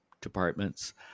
departments